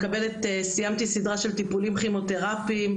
סיימתי סדרה של טיפולים כימותרפיים,